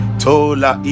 tola